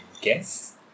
guess